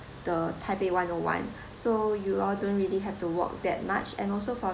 the taipei one O one so you all don't really have to walk that much and also for